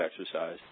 exercise